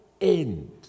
end